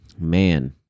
man